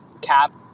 cap